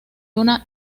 una